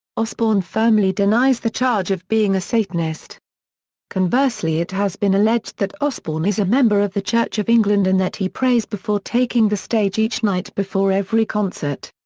osbourne firmly denies the charge of being a satanist conversely it has been alleged that osbourne is a member of the church of england and that he prays before taking the stage each night before every concert.